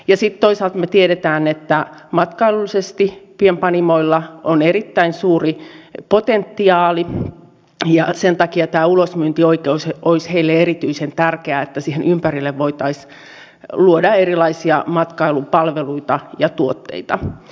sitten toisaalta me tiedämme että matkailullisesti pienpanimoilla on erittäin suuri potentiaali ja sen takia tämä ulosmyyntioikeus olisi heille erityisen tärkeää niin että siihen ympärille voitaisiin luoda erilaisia matkailupalveluita ja tuotteita